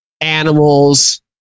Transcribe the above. animals